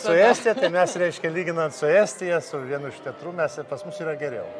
su estija tai mes reiškia lyginant su estija su vienu iš teatrų mes pas mus yra geriau